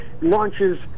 launches